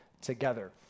together